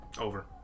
Over